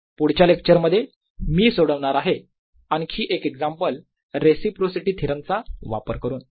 पुढच्या लेक्चर मध्ये मी सोडवणार आहे आणखी एक एक्झाम्पल रेसिप्रोसिटी थेरम चा वापर करून